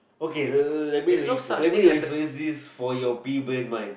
okay let me let me refer this to your pea brain mind